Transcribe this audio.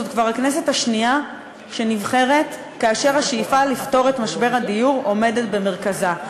זו כבר הכנסת השנייה שנבחרת כאשר השאיפה לפתור את המשבר עומדת במרכזה,